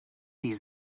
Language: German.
die